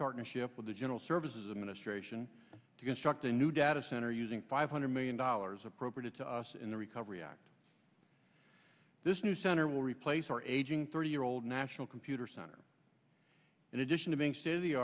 partnership with the general services administration to construct a new data center using five hundred million dollars appropriated to us in the recovery act this new center will replace our aging thirty year old national computer center in addition to being city